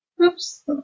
oops